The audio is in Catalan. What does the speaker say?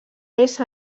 més